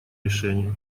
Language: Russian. решение